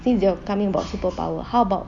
since you are coming about superpower how about